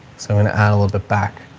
so i'm going to add a little bit back.